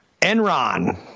Enron